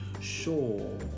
sure